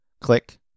Click